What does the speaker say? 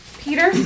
Peter